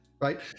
right